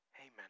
Amen